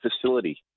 facility